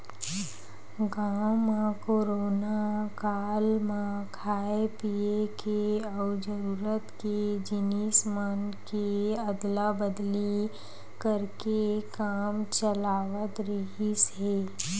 गाँव म कोरोना काल म खाय पिए के अउ जरूरत के जिनिस मन के अदला बदली करके काम चलावत रिहिस हे